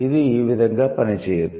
ఇది ఈ విధంగా పనిచేయదు